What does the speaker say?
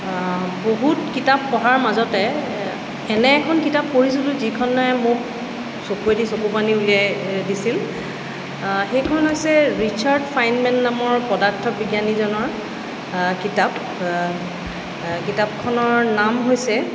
বহুত কিতাপ পঢ়াৰ মাজতে এনে এখন কিতাপ পঢ়িছিলোঁ যিখনে মোক চকুৱেদি চকুপানী উলিয়াই দিছিল সেইখন হৈছে ৰিচাৰ্ড ফাইনমেন নামৰ পদাৰ্থ বিজ্ঞানীজনৰ কিতাপ কিতাপখনৰ নাম হৈছে